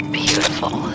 beautiful